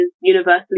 universally